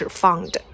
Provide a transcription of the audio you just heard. found